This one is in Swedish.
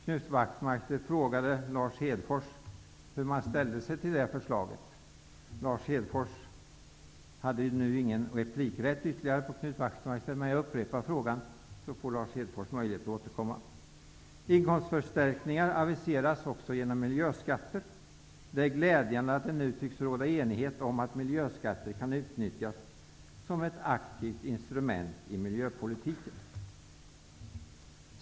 Knut Wachtmeister frågade Lars Hedfors hur han ställer sig till förslaget. Lars Hedfors hade inte rätt till ytterligare repliker på Knut Wachtmeister. Men jag upprepar frågan, så får Lars Hedfors möjlighet att återkomma. Inkomstförstärkningar aviseras också med hjälp av miljöskatter. Det är glädjande att det nu tycks råda enighet om att miljöskatter kan utnyttjas som ett aktivt instrument i miljöpolitiken.